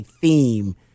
theme